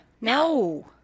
No